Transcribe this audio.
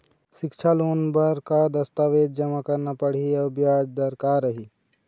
सिक्छा लोन बार का का दस्तावेज जमा करना पढ़ही अउ ब्याज दर का रही?